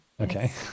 Okay